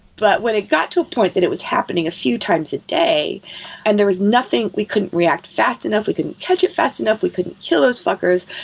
but when it got to a point that it was happening a few times a day and there was nothing we couldn't react fast enough, we couldn't catch it fast enough, we couldn't kill those fuckers,